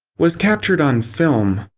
was captured on film.